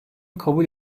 kabul